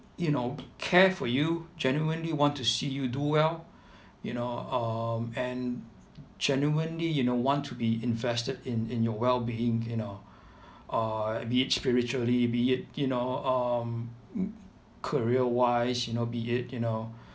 you know care for you genuinely want to see you do well you know um and genuinely you know want to be invested in in your well being you know uh be it spiritually be it you know um career wise you know be it you know